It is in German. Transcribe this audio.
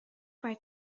bei